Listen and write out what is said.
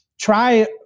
Try